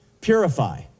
purify